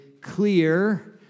clear